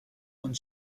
one